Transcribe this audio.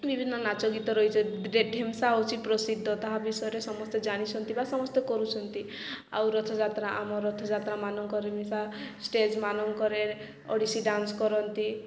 ବିଭିନ୍ନ ନାଚ ଗୀତ ରହିଛି ଢେମସା ହେଉଛି ପ୍ରସିଦ୍ଧ ତାହା ବିଷୟରେ ସମସ୍ତେ ଜାଣିଛନ୍ତି ବା ସମସ୍ତେ କରୁଛନ୍ତି ଆଉ ରଥଯାତ୍ରା ଆମ ରଥଯାତ୍ରା ମାନଙ୍କରେ ଷ୍ଟେଜ୍ ମାନଙ୍କରେ ଓଡ଼ିଶୀ ଡାନ୍ସ କରନ୍ତି